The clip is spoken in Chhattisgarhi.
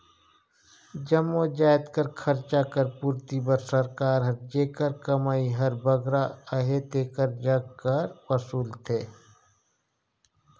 जम्मो जाएत कर खरचा कर पूरती बर सरकार हर जेकर कमई हर बगरा अहे तेकर जग कर वसूलथे